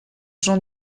jean